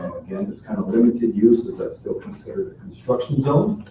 and it's kind of limited use because that's still considered a construction zone.